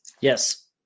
Yes